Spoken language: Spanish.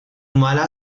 mala